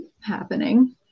happening